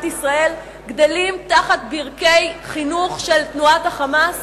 ישראל גדלים על ברכי תנועת ה"חמאס",